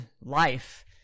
life